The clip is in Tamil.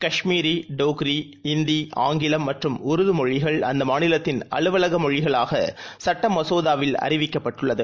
காஷ்மீரி டோக்ரி இந்தி ஆங்கிலம்மற்றும்உருதுமொழிகள் அந்தமாநிலத்தின்அலுவஃமொழிகளாகசட்டமசோதாவில்அறிவிக்கப்பட்டுள்ளது